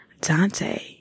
Dante